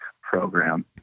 program